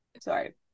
sorry